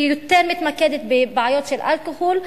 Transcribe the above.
היא יותר מתמקדת בבעיות של אלכוהול ונוער.